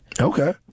Okay